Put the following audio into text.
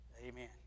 amen